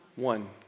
One